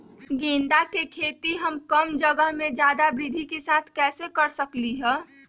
गेंदा के खेती हम कम जगह में ज्यादा वृद्धि के साथ कैसे कर सकली ह?